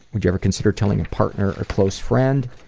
would you ever consider telling a partner or close friend?